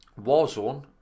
Warzone